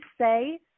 say